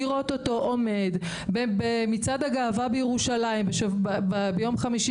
לראות אותו עומד במצעד הגאווה בירושלים ביום חמישי